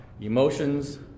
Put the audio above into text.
emotions